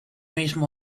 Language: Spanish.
mismo